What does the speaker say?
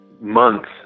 months